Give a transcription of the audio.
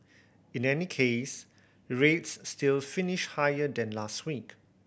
in any case rates still finished higher than last week